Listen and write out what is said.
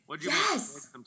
Yes